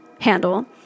handle